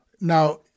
Now